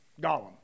Gollum